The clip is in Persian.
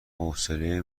حوصله